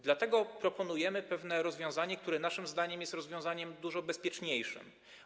Dlatego proponujemy pewne rozwiązanie, które naszym zdaniem jest rozwiązaniem dużo bezpieczniejszym.